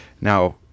Now